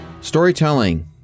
Storytelling